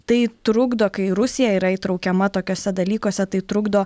tai trukdo kai rusija yra įtraukiama tokiuose dalykuose tai trukdo